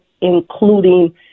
including